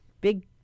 big